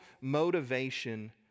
motivation